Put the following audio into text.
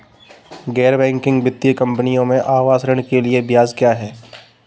गैर बैंकिंग वित्तीय कंपनियों में आवास ऋण के लिए ब्याज क्या है?